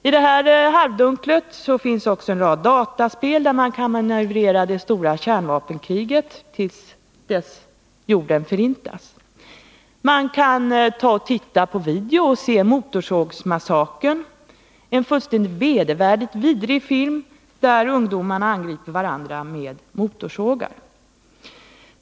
I det här halvdunklet finns också en rad dataspel, och på dem kan man manövrera det stora kärnvapenkriget som förintar jorden. Här kan man också titta på videofilm och se Motorsågsmassakern, en fullständigt vedervärdig film där ungdomarna angriper varandra med motorsågar.